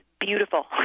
beautiful